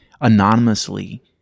anonymously